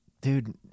Dude